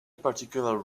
particular